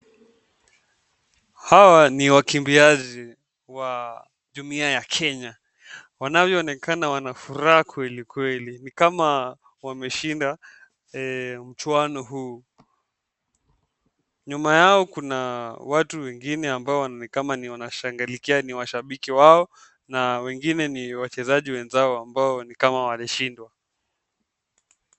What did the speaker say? Hawa ni wakimbiaji wa jumia ya Kenya. Wanavyoonekana wana furaha kwelikweli ni kama wameshinda mchwano huu. Nyuma yao kuna watu wengine ambao ni kama wanashangalikia ni washabiki wao na wengine ni wachezaji wenzao ambao ni kama walishindwa.